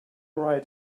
right